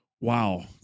wow